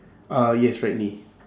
ah yes right knee